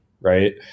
right